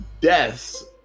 deaths